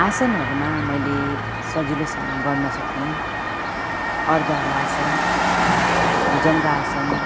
आसनहरूमा मैले सजिलोसँग गर्न सक्ने अर्द्ध हलासन भुजङ्ग आसन